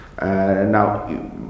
now